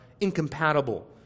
incompatible